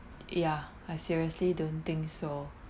yeah I seriously don't think so